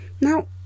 Now